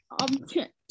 object